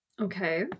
Okay